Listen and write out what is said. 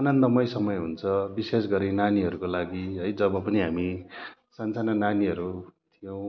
आनन्दमय समय हुन्छ विशेषगरि नानीहरूको लागि है जब पनि हामी साना साना नानीहरू थियौँ